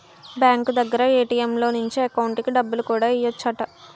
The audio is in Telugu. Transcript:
బ్యాంకు దగ్గర ఏ.టి.ఎం లో నుంచి ఎకౌంటుకి డబ్బులు కూడా ఎయ్యెచ్చట